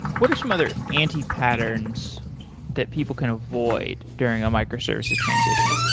what are some other anti-patterns that people can avoid during a microservices transition?